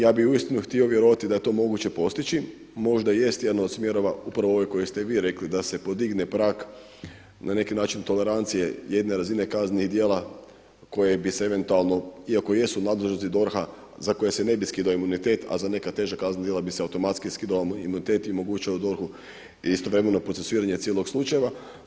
Ja bih uistinu htio vjerovati da je to moguće postići, možda jest jedno od smjerova upravo ove koje ste vi rekli da se podigne prag na neki način tolerancije jedne razine kaznenih djela koje bi se eventualno, iako jesu u nadležnosti DORH-a za koje se ne bi skidao imunitet, a za neka teža kaznena djela bi se automatski skidao imunitet i omogućilo DORH-u istovremeno procesuiranje cijelog slučaja.